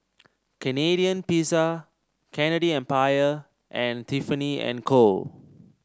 Canadian Pizza Candy Empire and Tiffany And Co